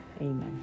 Amen